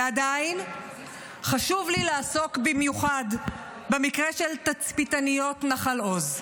ועדיין חשוב לי לעסוק במיוחד במקרה של תצפיתניות נחל עוז.